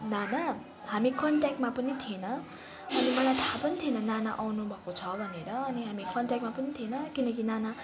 नाना हामी कन्ट्याक्टमा पनि थिएन अनि मलाई थाहा पनि थिएन नाना आउनुभएको छ भनेर अनि हामी कन्ट्याक्टमा पनि थिएन किनकि नाना